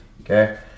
okay